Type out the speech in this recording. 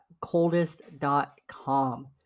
coldest.com